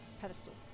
pedestal